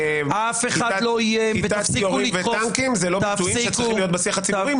כיתת יורים וטנקים זה לא ביטויים שצריכים להיות בשיח הציבורי.